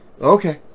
Okay